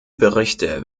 berichte